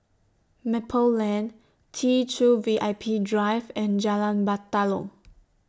Maple Lane T two V I P Drive and Jalan Batalong